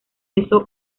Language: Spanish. eso